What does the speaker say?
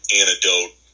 antidote